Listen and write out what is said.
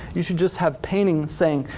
you should just have painting saying,